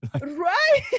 right